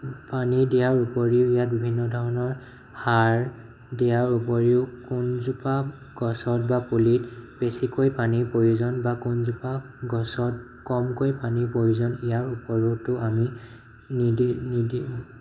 পানী দিয়াৰ ওপৰিও ইয়াত বিভিন্ন ধৰণৰ সাৰ দিয়াৰ ওপৰিও কোনোজোপা গছত বা পুলিত বেছিকৈ পানীৰ প্ৰয়োজন বা কোনজোপা গছত কমকৈ পানীৰ প্ৰয়োজন ইয়াৰ ওপৰতো আমি